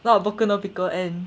not and